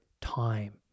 time